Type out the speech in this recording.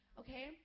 okay